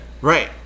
right